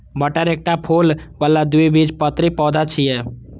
मटर एकटा फूल बला द्विबीजपत्री पौधा छियै